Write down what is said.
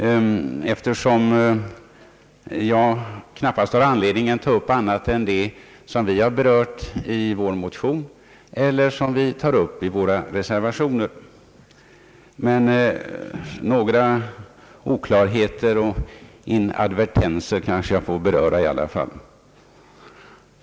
Jag har knappast anledning ta upp annat än det som vi har berört i vår motion eller som vi tar upp i våra reservationer, men några oklarheter och inadvertenser får jag kanske i alla fall beröra.